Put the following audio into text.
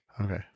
Okay